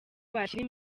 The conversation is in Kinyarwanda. bashyira